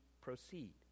proceed